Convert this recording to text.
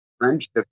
Friendship